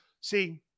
see